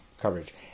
coverage